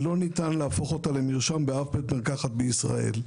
שלא ניתן להפוך אותו למרשם באף בית מרקחת בישראל.